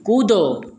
कूदो